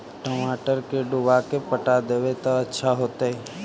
टमाटर के डुबा के पटा देबै त अच्छा होतई?